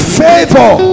favor